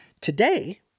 Today